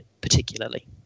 particularly